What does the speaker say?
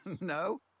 no